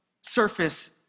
surface